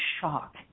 shock